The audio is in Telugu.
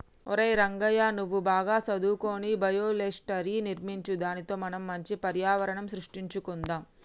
ఒరై రంగయ్య నువ్వు బాగా సదువుకొని బయోషెల్టర్ర్ని నిర్మించు దానితో మనం మంచి పర్యావరణం సృష్టించుకొందాం